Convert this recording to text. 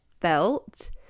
felt